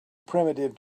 primitive